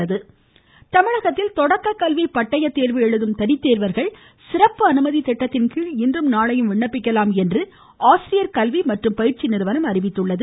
மமமமம ஆசிரியர் பயிற்சி நிறுவனம் தமிழகத்தில் தொடக்க கல்வி பட்டய தேர்வு எழுதும் தனித்தேர்வர்கள் சிறப்பு அனுமதி திட்டத்தின் கீழ் இன்றும் நாளையும் விண்ணப்பிக்கலாம் என ஆசிரியர் கல்வி மற்றும் பயிற்சி நிறுவனம் தெரிவித்துள்ளது